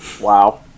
Wow